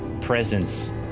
presence